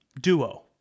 Duo